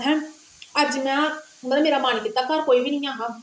है अज्ज ना मेरा मन कीता घर कोई बी नेंई हा